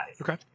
Okay